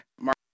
Mark